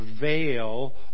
veil